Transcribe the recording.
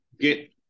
get